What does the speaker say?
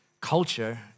culture